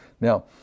Now